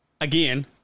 again